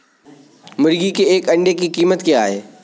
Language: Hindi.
मुर्गी के एक अंडे की कीमत क्या है?